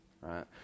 right